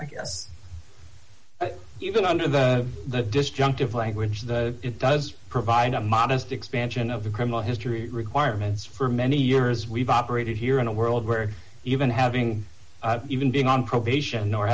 i guess even under the disjunctive language that it does provide a modest expansion of the criminal history requirements for many years we've operated here in a world where even having even being on probation or